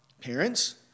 parents